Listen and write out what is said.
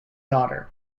daughter